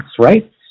right